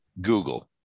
Google